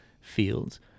fields